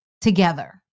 together